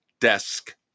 Desk